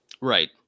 Right